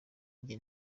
njye